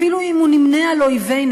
אפילו אם הוא נמנה עם אויבינו,